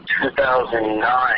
2009